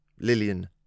Lillian